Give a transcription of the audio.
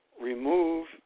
remove